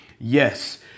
Yes